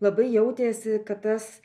labai jautėsi kad tas